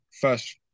first